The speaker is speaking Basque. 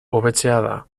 hobetzea